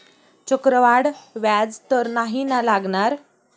चक्रवाढ व्याज तर नाही ना लागणार?